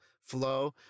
flow